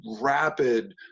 rapid